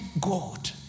God